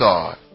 God